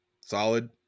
solid